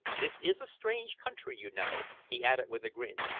this is a strange country, you know, he added, with a grin.